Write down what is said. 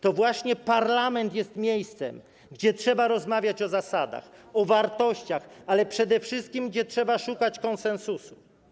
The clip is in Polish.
To właśnie parlament jest miejscem, gdzie trzeba rozmawiać o zasadach, o wartościach, ale przede wszystkim szukać konsensusu.